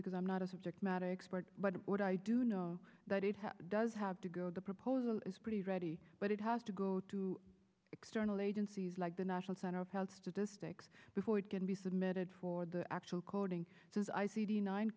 because i'm not a subject matter expert but what i do know that it happened does have to go the proposal is pretty ready but it has to go to external agencies like the national center of health statistics before it can be submitted for the actual coding does i c d nine